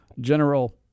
General